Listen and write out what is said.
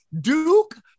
Duke